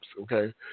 okay